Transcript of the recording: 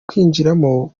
kwinjiramo